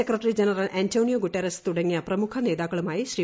secretary general Antonio Guterres തുടങ്ങിയ പ്രമുഖ നേതാക്കളുമായി ശ്രീ